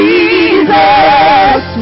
Jesus